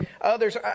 others